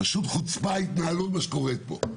פשוט חוצפה, ההתנהלות, מה שקורה פה.